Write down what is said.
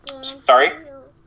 Sorry